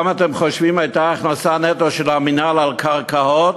כמה אתם חושבים הייתה ההכנסה נטו של המינהל על קרקעות?